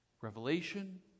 Revelation